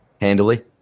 handily